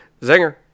Zinger